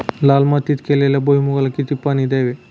लाल मातीत केलेल्या भुईमूगाला किती पाणी द्यावे?